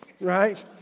right